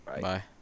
Bye